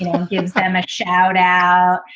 and gives them a shout out.